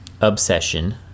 Obsession